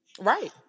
Right